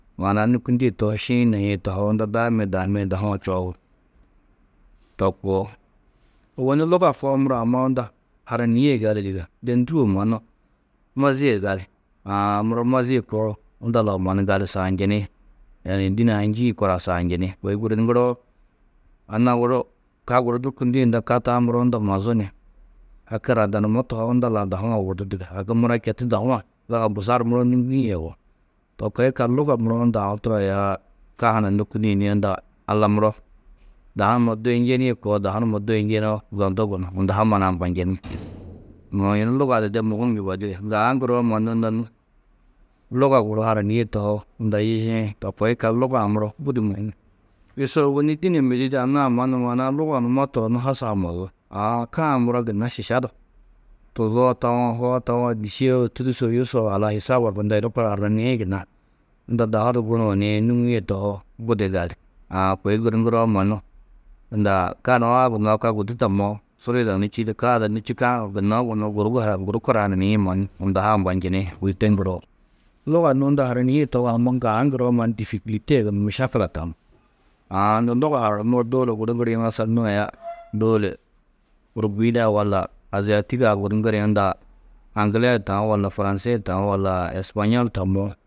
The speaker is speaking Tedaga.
Maana-ã nûkundie tohoo, šiĩ naîe tohoo, unda daamo yê daamo yê dahu-ã čoobi to koo. Ôwonni luga koo muro unda amma hananîe gali dige. Nde ndûo mannu, mazîe gali. Aã, muro mazîe koo unda lau mannu gali saanjini. Yani dîne-ã ha njîĩ korã saanjini. Kôi guru ŋgiroo, anna guru ka guru nûkundĩ, ka taa muro unda mazú ni haki rodonumó tohoo, unda lau dahu-ã wudu dige. Haki mura četu dahu-ã zaga busar nûŋgie yugó. To koo yikallu luga muro unda aũ turo ayaa ka huna nûkuni ni unda Alla muro dahu numa duyi njenîe koo, dahu numa duyi njenoo, zondu gunú. Unda ha mannu ambanjini. Uũ yunu luga du de mûhum yugó dige. Ŋgaa ŋgiroo mannu unda nû luga guru hananîe tohoo, unda išziĩ. To koo yikallu luga-ã muro budi mûhum. Yuso ôwonni dîne mêdi di anna-ã mannu maana-ã luga numa turonnu hasa ha mozú. Aã, ka-ã muro, gunna šiša du tuzoo tawo, hoo tawo, dîšee, tûdušuo, yusuo halas hîsaba unda yunu kora arraŋiĩ gunna unda dahu du gunuũ ni nûŋie tohoo, budi gali. Aã, kôi guru ŋgiroo mannu unda ka nuã gunnoó, ka gudi tammoó suru yidanú čîidi ka ada nû čîkã gunna gunnoó guru guru kor hananîe mannu unda ha ambanjini Luga nû unda hananîe tohoo, amma ŋgaa ŋgiroo mannu dîfikulte mašakila taú. Aã nû luga hanunumoó dôula guru ŋgiri masal nû aya dôule Ôrubiina-ã walla Aziatîg-ã guru ŋgirĩ unda aŋgile taú walla furansê taú wallaa, español tammo.